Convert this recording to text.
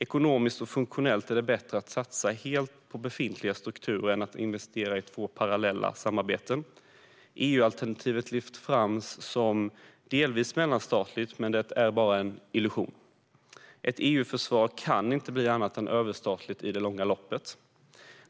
Ekonomiskt och funktionellt är det bättre att satsa helt på befintliga strukturer än att investera i två parallella samarbeten. EU-alternativet lyfts fram som delvis mellanstatligt, men det är bara en illusion. Ett EU-försvar kan inte bli annat än överstatligt i det långa loppet.